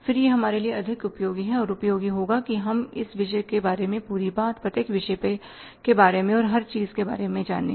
फिर यह हमारे लिए अधिक उपयोगी और उपयोगी होगा कि हम विषय के बारे में पूरी बात प्रत्येक विषय के बारे में और हर चीज के बारे में जानें